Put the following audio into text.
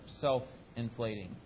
self-inflating